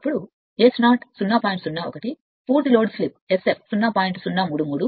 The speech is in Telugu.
01 పూర్తి లోడ్ స్లిప్ S0 0